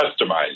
customized